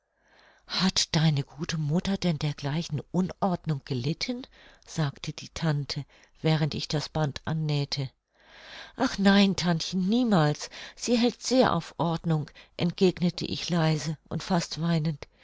hat deine gute mutter denn dergleichen unordnung gelitten sagte die tante während ich das band annähte ach nein tantchen niemals sie hält sehr auf ordnung entgegnete ich leise und fast weinend